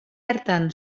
hartan